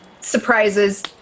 surprises